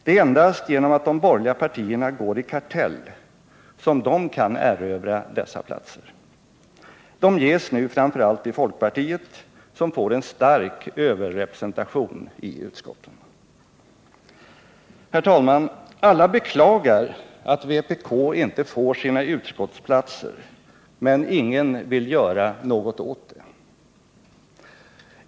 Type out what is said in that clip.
Det är endast på grund 61 av att de borgerliga partierna går i kartell som de kan erövra dessa platser. De ges nu framför allt till folkpartiet, som får en stark överrepresentation i utskotten. Herr talman! Alla beklagar att vpk inte får sina utskottsplatser, men ingen vill göra något åt det.